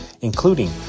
including